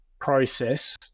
process